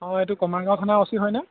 অঁ এইটো কমাৰগাওঁ থানা অ'চি হয়নে